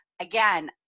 again